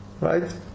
right